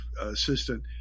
assistant